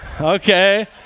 Okay